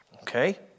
Okay